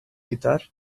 guitar